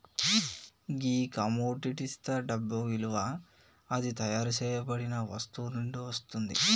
గీ కమొడిటిస్తా డబ్బు ఇలువ అది తయారు సేయబడిన వస్తువు నుండి వస్తుంది